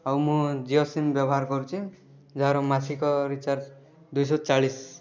ମୁଁ ଜିଓ ସିମ୍ ବ୍ୟବହାର କରୁଛି ଯାହାର ମାସିକ ରିଚାର୍ଜ ଦୁଇଶହ ଚାଳିଶ